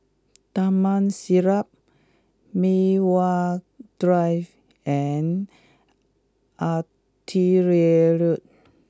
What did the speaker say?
Taman Siglap Mei Hwan Drive and Artillery Road